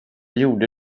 gjorde